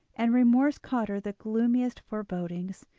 and remorse caused her the gloomiest forebodings.